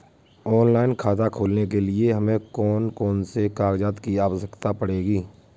Online खाता खोलने के लिए हमें कौन कौन से कागजात की आवश्यकता पड़ेगी?